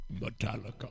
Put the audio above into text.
Metallica